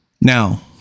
Now